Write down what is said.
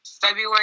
February